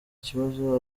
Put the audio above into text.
kibazo